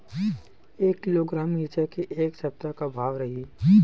एक किलोग्राम मिरचा के ए सप्ता का भाव रहि?